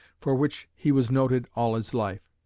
for which he was noted all his life.